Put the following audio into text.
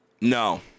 No